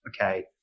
okay